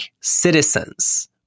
citizens